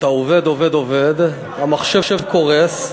עובד, עובד, עובד, המחשב קורס,